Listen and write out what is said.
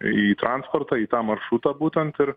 į transportą į tą maršrutą būtent ir